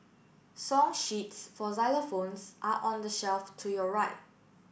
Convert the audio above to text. song sheets for xylophones are on the shelf to your right